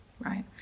Right